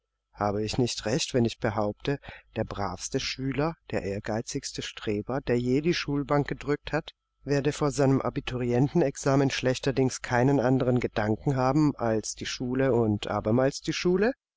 habe ich nicht recht wenn ich behaupte der bravste schüler der ehrgeizigste streber der je die schulbank gedrückt hat werde vor seinem abiturienten examen schlechterdings keinen anderen gedanken haben als die schule und abermals die schule